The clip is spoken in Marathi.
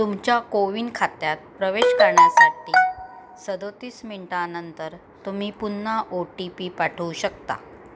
तुमच्या कोविन खात्यात प्रवेश करण्यासाठी सदतीस मिनटानंतर तुम्ही पुन्हा ओ टी पी पाठवू शकता